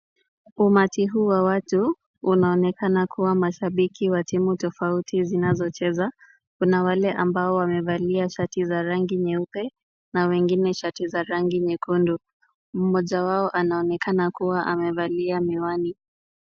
Umati huu wa watu, unaonekana kuwa mashabiki wa timu tofauti zinazocheza. Kuna wale ambao wamevalia shati za rangi nyeupe na wengine shati za rangi nyekundu. Mmoja wao anaonekana kuwa amevalia miwani.